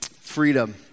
Freedom